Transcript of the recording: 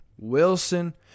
Wilson